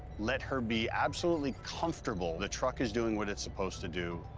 let her be absolutely comfortable the truck is doing what it's supposed to do.